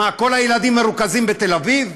מה, כל הילדים מרוכזים בתל אביב?